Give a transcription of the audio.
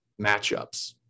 matchups